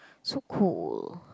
so cold